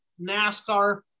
NASCAR